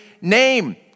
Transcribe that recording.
name